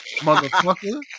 motherfucker